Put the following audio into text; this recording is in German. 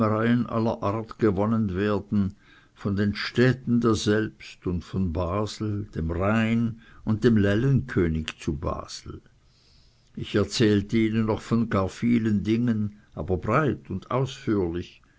aller art gewonnen werden von den städten daselbst und von basel dem rhein und dem lällen könig zu basel ich erzählte ihnen noch von gar vielen dingen aber breit und ausführlich